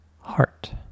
heart